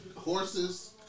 Horses